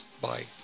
Bye